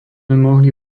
mohli